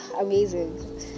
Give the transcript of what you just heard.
amazing